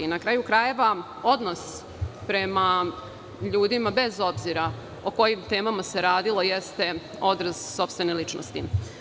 Na kraju krajeva, odnos prema ljudima, bez obzira o kojim temama se radilo, jeste odraz sopstvene ličnosti.